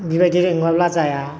बेबायदि नङाब्ला जाया